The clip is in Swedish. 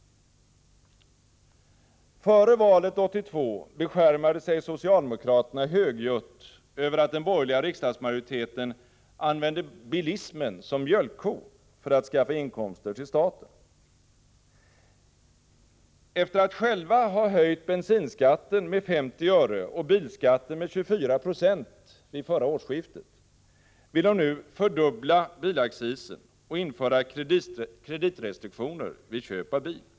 Före valet 1982 beskärmade sig socialdemokraterna högljutt över att den borgerliga riksdagsmajoriteten använde bilismen som mjölkko för att skaffa inkomster till staten. Efter att själva ha höjt bensinskatten med 50 öre och bilskatten med 24 9 vid förra årsskiftet vill de nu fördubbla bilaccisen och införa kreditrestriktioner vid köp av bil.